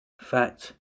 Fact